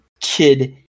kid